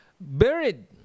buried